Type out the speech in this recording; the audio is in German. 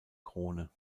krone